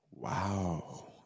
Wow